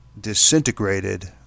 disintegrated